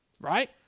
right